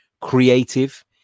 creative